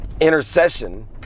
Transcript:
intercession